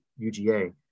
UGA